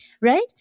right